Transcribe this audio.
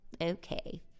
okay